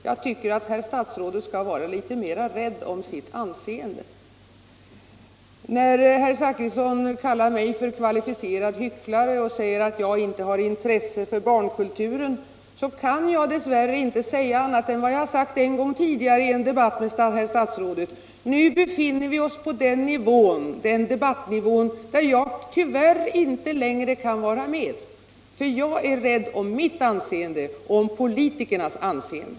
Jag tycker att herr statsrådet skall vara litet mera rädd om sitt anseende. När herr Zachrisson kallar mig för kvalificerad hycklare och påstår att jag inte har intresse för barnkulturen, så kan jag dess värre inte säga annat än vad jag sagt tidigare i en debatt med herr statsrådet: Nu befinner vi oss på den debattnivå där jag tyvärr inte längre kan vara med, för jag är rädd om mitt anseende och om politikernas anseende.